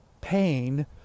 pain